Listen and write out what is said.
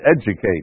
educate